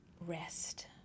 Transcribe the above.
rest